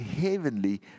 heavenly